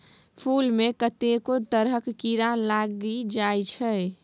फुल मे कतेको तरहक कीरा लागि जाइ छै